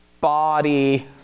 body